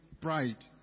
pride